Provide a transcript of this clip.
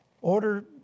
Order